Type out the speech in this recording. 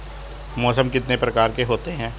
मौसम कितने प्रकार के होते हैं?